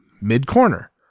mid-corner